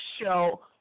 show